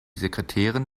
sekretärin